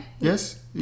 Yes